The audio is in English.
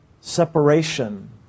separation